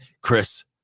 chris